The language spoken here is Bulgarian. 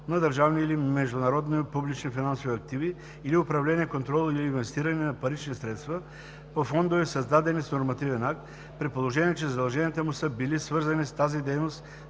на държавни или международни публични финансови активи или управление, контрол или инвестиране на парични средства по фондове, създадени с нормативен акт, при положение че задълженията му са били свързани с тази дейност